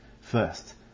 First